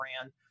brand